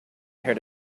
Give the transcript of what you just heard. heard